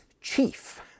Chief